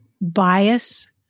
bias